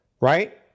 right